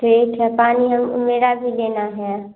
ठीक है पानी हम मेरा भी लेना है